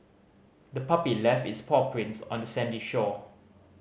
the puppy left its paw prints on the sandy shore